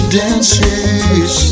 dances